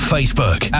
Facebook